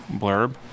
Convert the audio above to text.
blurb